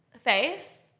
face